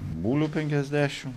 bulių penkiasdešim